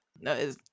No